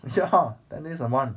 ya ten days a month